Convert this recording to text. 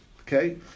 okay